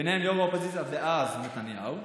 ביניהם יו"ר האופוזיציה דאז נתניהו,